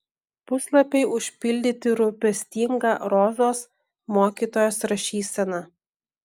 puslapiai užpildyti rūpestinga rozos mokytojos rašysena